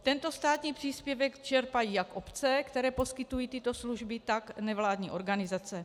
Tento státní příspěvek čerpají jak obce, které poskytují tyto služby, tak nevládní organizace.